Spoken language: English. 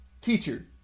teacher